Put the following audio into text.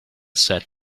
said